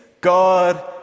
God